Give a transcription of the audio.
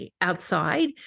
outside